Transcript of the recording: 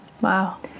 Wow